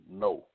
No